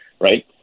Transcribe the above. right